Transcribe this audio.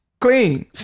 Clean